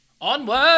Onward